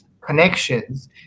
connections